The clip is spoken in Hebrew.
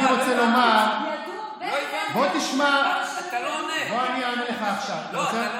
היא משקיעה בהעמקת הכיבוש וההתנחלויות,